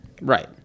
Right